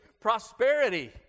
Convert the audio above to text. prosperity